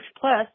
plus